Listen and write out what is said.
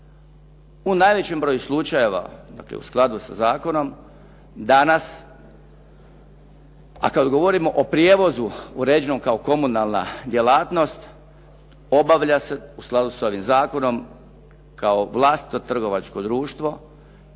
U najvećem broju slučajeva, dakle u skladu sa zakonom danas a kad govorimo o prijevozu uređenom kao komunalna djelatnost obavlja se u skladu sa ovim zakonom kao vlastito trgovačko društvo